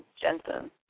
Jensen